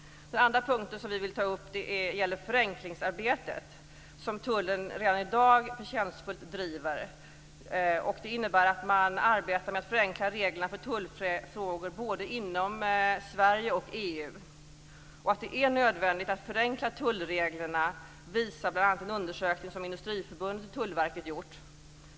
Den andra punkten som vi vill ta upp gäller det förenklingsarbete som tullen redan i dag förtjänstfullt driver. Det innebär att man arbetar med att förenkla reglerna för tullfrågor både inom Sverige och inom EU. Att det är nödvändigt att förenkla tullreglerna visar bl.a. en undersökning som Industriförbundet och Tullverket gjort.